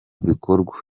bikorwa